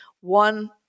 one